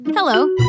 Hello